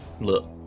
look